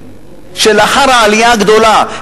לאחר העלייה הגדולה,